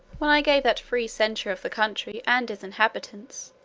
when i gave that free censure of the country and its inhabitants,